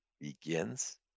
begins